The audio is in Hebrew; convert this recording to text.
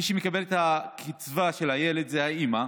מי שמקבל את הקצבה של הילד זה האימא,